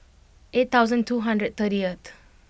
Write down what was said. eight thousand two hundred thirtieth